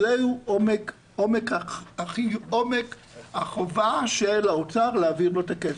זה עומק החובה של האוצר לעביר לו את הכסף.